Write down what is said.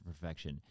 perfection